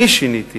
אני שיניתי,